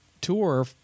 tour